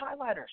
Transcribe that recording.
highlighters